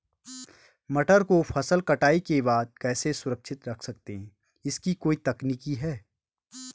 मटर को फसल कटाई के बाद कैसे सुरक्षित रख सकते हैं इसकी कोई तकनीक है?